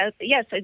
yes